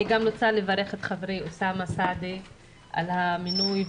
אני גם רוצה לברך את חברי אוסאמה סעדי על המינוי.